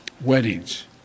Weddings